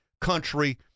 country